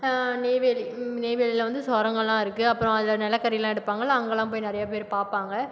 நெய்வேலி நெய்வேலியில் வந்து சுரங்கோலா இருக்குது அப்புறம் அதில் நிலக்கரிலாம் எடுப்பாங்களே அங்கேலாம் போய் நிறைய பேர் பார்ப்பாங்க